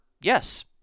yes